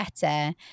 better